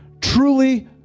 truly